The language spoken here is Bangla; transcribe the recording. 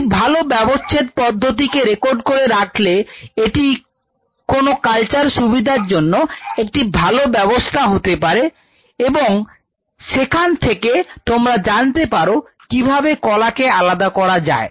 একটি ভালো ব্যবচ্ছেদ পদ্ধতি কে রেকর্ড করে রাখলে এটি কোন কালচার সুবিধের জন্য একটি ভালো ব্যবস্থা হতে পারে এবং সেখান থেকে তোমরা জানতে পারো কিভাবে কলা কে আলাদা করা যায়